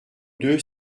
deux